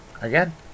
again